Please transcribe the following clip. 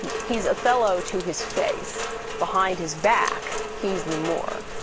he's a fellow to his face behind his back, he's the moor.